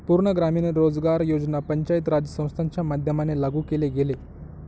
पूर्ण ग्रामीण रोजगार योजना पंचायत राज संस्थांच्या माध्यमाने लागू केले गेले